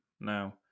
now